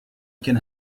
can